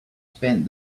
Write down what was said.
spent